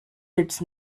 its